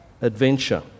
adventure